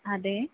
അതെ